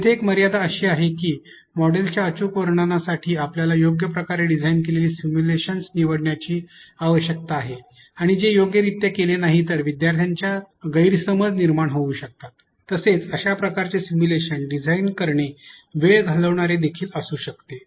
येथे एक मर्यादा अशी आहे की मॉडेल्सच्या अचूक वर्णनासाठी आपल्याला योग्य प्रकारे डिझाइन केलेली सिम्युलेशन्स निवडण्याची आवश्यकता आहे आणि जे योग्यरित्या केले गेले नाही तर विद्यार्थ्यांच्यात गैरसमज निर्माण होऊ शकतात तसेच अशा प्रकारचे सिम्युलेशन्स डिझाईन करणे वेळ घालवणारे देखील असू शकते